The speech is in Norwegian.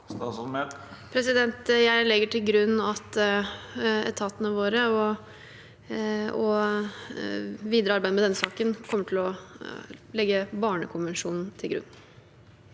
Jeg legger til grunn at etatene våre og videre arbeid med denne saken kommer til å legge barnekonvensjonen til grunn.